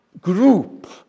group